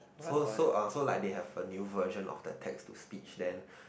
so so uh so like they have a new version of the text to speech then